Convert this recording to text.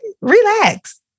relax